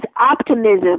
optimism